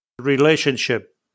relationship